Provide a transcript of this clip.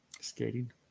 Skating